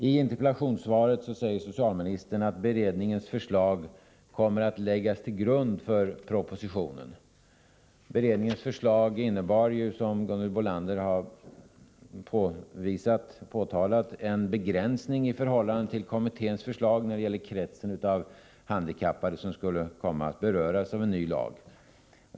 I interpellationssvaret säger socialministern att omsorgsberedningens förslag kommer att läggas till grund för propositionen. Beredningens förslag innebar, som Gunhild Bolander har påvisat, en begränsning i förhållande till kommitténs förslag när det gäller kretsen av handikappade som skulle komma att beröras av en ny lag.